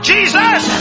Jesus